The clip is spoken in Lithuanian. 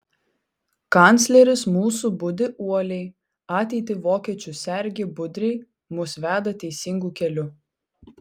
kancleris mūsų budi uoliai ateitį vokiečių sergi budriai mus veda teisingu keliu